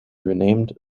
renamed